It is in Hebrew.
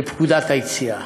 לפקודת היציאה.